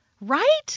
Right